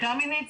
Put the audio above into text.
קמיניץ,